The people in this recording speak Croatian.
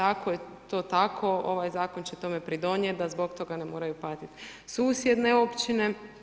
Ako je to tako, ovaj zakon će tome pridonijeti da zbog toga ne moraju patiti susjedne općine.